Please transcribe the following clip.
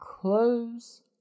close